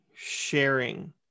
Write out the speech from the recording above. sharing